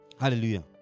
hallelujah